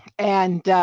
and